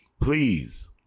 Please